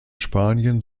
spanien